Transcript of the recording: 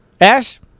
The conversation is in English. Ash